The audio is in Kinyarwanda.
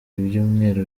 ibyumweru